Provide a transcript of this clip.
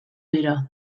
dira